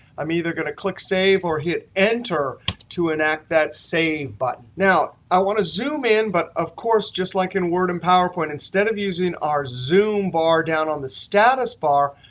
i'm either going to click save or hit enter to enact that save button. now, i want to zoom in, but, of course, just like int word and powerpoint, instead of using our zoom bar down on the status bar,